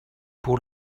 pour